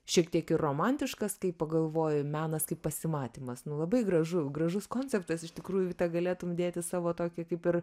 šiek tiek ir romantiškas kai pagalvoju menas kaip pasimatymas nu labai gražu gražus konceptas iš tikrųjų vita galėtum dėti savo tokį kaip ir